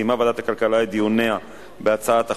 סיימה ועדת הכלכלה את דיוניה בהצעת החוק,